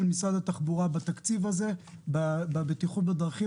משרד התחבורה בתקציב הזה בבטיחות בדרכים,